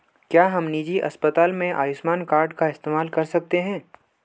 क्या हम निजी अस्पताल में आयुष्मान कार्ड का इस्तेमाल कर सकते हैं?